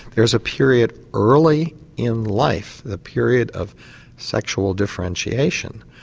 there is a period early in life, the period of sexual differentiation,